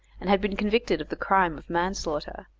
and had been convicted of the crime of manslaughter,